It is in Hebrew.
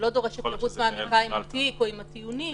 זה לא דורש היכרות מעמיקה עם התיק או עם הטיעונים.